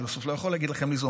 בסוף אני לא יכול לומר לכם ליזום,